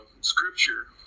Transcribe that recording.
Scripture